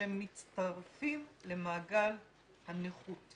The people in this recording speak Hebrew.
שמצטרפים למעגל הנכות.